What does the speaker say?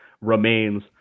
remains